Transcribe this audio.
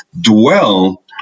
dwell